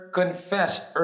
confessed